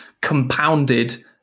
compounded